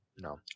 No